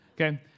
Okay